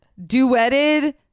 duetted